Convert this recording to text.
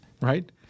right